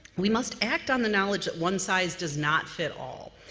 we must act on the knowledge that one size does not fit all.